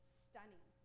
stunning